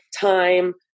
time